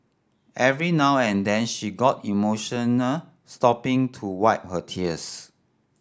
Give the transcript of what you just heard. every now and then she got emotional stopping to wipe her tears